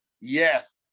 Yes